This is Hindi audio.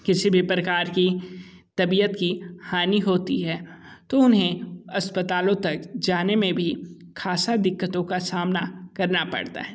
किसी भी प्रकार की तबीयत की हानि होती है तो उन्हें अस्पतालों तक जाने में भी खासा दिक्कतों का सामना करना पड़ता है